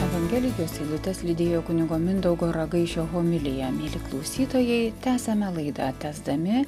evangelijos eilutes lydėjo kunigo mindaugo ragaišio homilija mieli klausytojai tęsiame laidą tęsdami